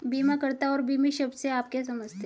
बीमाकर्ता और बीमित शब्द से आप क्या समझते हैं?